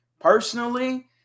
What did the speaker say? Personally